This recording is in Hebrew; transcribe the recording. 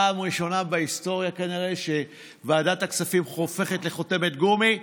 פעם ראשונה בהיסטוריה כנראה שוועדת הכספים הופכת לחותמת גומי.